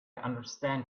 understand